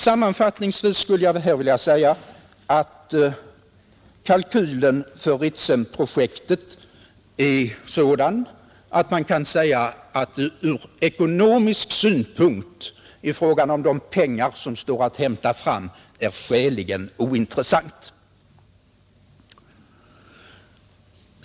Sammanfattningsvis skulle jag här vilja säga att kalkylen för Ritsemprojektet är sådan att man kan säga att det ur ekonomisk synpunkt i fråga om de pengar, som står att hämta, är skäligen ointressant.